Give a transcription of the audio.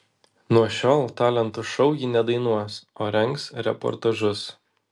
nuo šiol talentų šou ji nedainuos o rengs reportažus